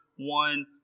one